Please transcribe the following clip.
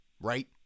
Right